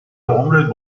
عمرت